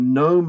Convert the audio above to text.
no